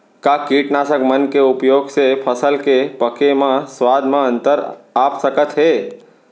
का कीटनाशक मन के उपयोग से फसल के पके म स्वाद म अंतर आप सकत हे?